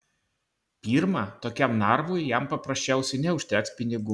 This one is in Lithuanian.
pirma tokiam narvui jam paprasčiausiai neužteks pinigų